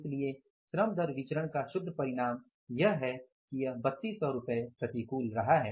इसलिए श्रम दर विचरण का शुद्ध परिणाम यह है कि यह 3200 प्रतिकूल रहा है